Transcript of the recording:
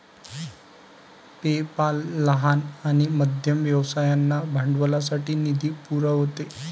PayPal लहान आणि मध्यम व्यवसायांना भांडवलासाठी निधी पुरवते